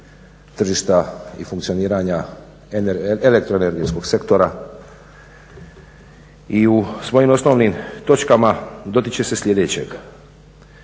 tržišta i funkcioniranja elektroenergetskog sektora i u svojim osnovnim točkama dotiče se sljedećeg: